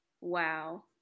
Wow